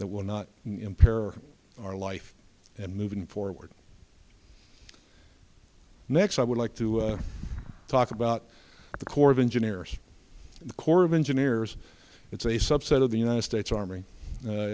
that will not impair our life and moving forward next i would like to talk about the corps of engineers the corps of engineers it's a subset of the united states army